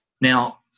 Now